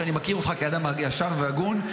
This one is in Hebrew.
אני מכיר אותך כאדם ישר והגון,